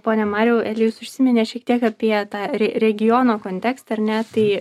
pone mariau elijus užsiminė šiek tiek apie tą regiono kontekstą ar ne tai